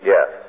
Yes